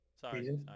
sorry